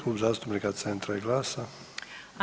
Klub zastupnika Centra i GLAS-a.